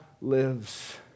lives